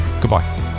Goodbye